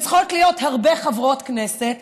הן צריכות להיות הרבה חברות כנסת,